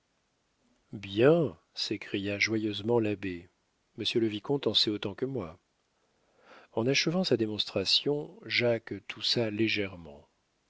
bien s'écria joyeusement l'abbé monsieur le vicomte en sait autant que moi en achevant sa démonstration jacques toussa légèrement